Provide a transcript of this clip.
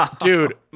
Dude